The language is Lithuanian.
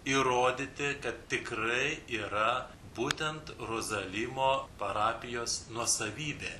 įrodyti kad tikrai yra būtent rozalimo parapijos nuosavybė